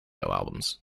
albums